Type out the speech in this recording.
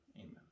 amen